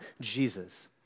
Jesus